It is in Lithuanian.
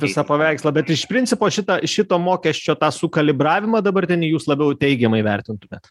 visą paveikslą bet iš principo šitą šito mokesčio tą sukalibravimą dabartinį jūs labiau teigiamai vertintumėt